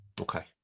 Okay